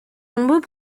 nombreux